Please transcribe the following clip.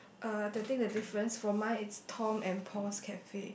uh the thing the difference for mine is Tom and Paul's Cafe